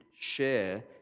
share